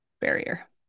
barrier